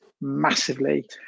massively